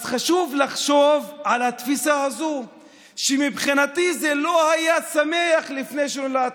אז חשוב לחשוב על התפיסה הזאת שמבחינתי לא היה שמח לפני שנולדתי,